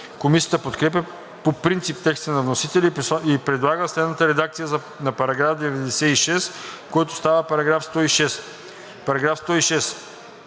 Комисията подкрепя по принцип текста на вносителя и предлага следната редакция на § 96, който става § 106.